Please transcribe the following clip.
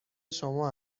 شما